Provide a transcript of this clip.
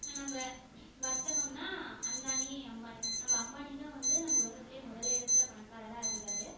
நம்ம வர்த்தகம்னால் அந்தானி அம்பானி நம்ம அம்பானி தான் வந்து நம்ம உலகத்துலேயே முதல் இடத்தில் பணக்காரராக இருந்தார்